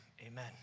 amen